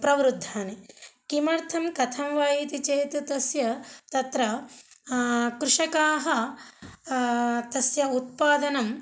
प्रवृद्धानि किमर्थं कथं वा इति चेत् तस्य तत्र कृषकाः तस्य उत्पादनम्